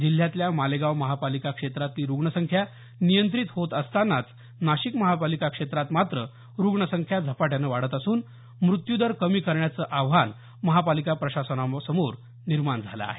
जिल्ह्यातल्या मालेगाव महापालिका क्षेत्रातली रुग्णसंख्या नियंत्रित होत असताना नाशिक महापालिका क्षेत्रात मात्र रुग्ण संख्या झपाट्यानं वाढत असून मृत्यूदर कमी करण्याचं आव्हान महापालिका प्रशासनासमोर निर्माण झालं आहे